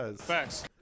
facts